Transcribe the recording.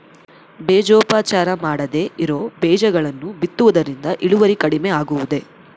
ಬೇಜೋಪಚಾರ ಮಾಡದೇ ಇರೋ ಬೇಜಗಳನ್ನು ಬಿತ್ತುವುದರಿಂದ ಇಳುವರಿ ಕಡಿಮೆ ಆಗುವುದೇ?